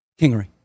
Kingery